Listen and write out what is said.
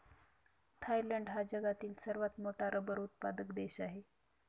Thailand हा जगातील सर्वात मोठा रबर उत्पादक देश आहे